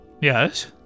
yes